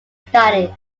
studies